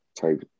type